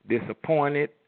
disappointed